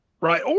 Right